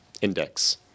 index